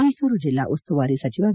ಮೈಸೂರು ಜಿಲ್ಡಾ ಉಸ್ತುವಾರಿ ಸಚಿವ ವಿ